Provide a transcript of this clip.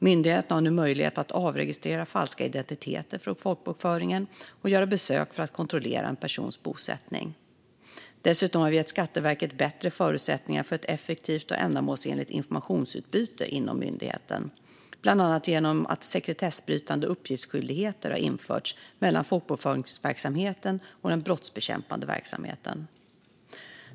Myndigheten har nu möjlighet att avregistrera falska identiteter från folkbokföringen och göra besök för att kontrollera en persons bosättning. Dessutom har vi gett Skatteverket bättre förutsättningar för ett effektivt och ändamålsenligt informationsutbyte inom myndigheten, bland annat genom att sekretessbrytande uppgiftsskyldigheter har införts mellan folkbokföringsverksamheten och den brottsbekämpande verksamheten.